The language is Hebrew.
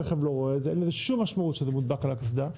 אין לזה שום משמעות שזה מודבק על הקסדה,